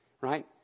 right